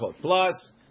Plus